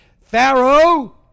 Pharaoh